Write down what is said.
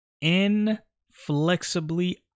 inflexibly